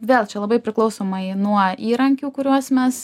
vėl čia labai priklausomai nuo įrankių kuriuos mes